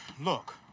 look